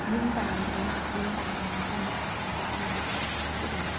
ꯌꯨꯝ ꯄꯜꯂꯛꯑꯦ ꯌꯨꯝ ꯄꯥꯜꯂꯕ ꯃꯇꯨꯡꯗ ꯑꯣꯖꯥ ꯑꯣꯏꯕ ꯍꯧꯔꯛꯑꯦ